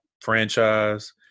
franchise